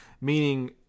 meaning